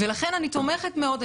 לכן אני תומכת מאוד.